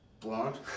Blonde